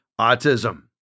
autism